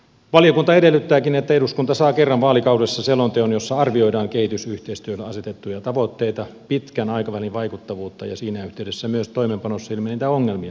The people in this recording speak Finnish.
valiokunta edellyttääkin että eduskunta saa kerran vaalikaudessa selonteon jossa arvioidaan kehitysyhteistyölle asetettuja tavoitteita pitkän aikavälin vaikuttavuutta ja siinä yhteydessä myös toimeenpanossa ilmenneitä ongelmia